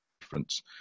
difference